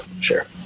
Sure